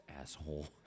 asshole